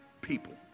people